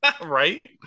right